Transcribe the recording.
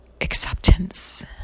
acceptance